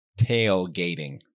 Tailgating